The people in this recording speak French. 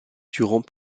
durant